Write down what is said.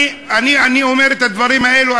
אני אומר את הדברים האלה,